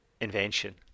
invention